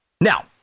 Now